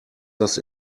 das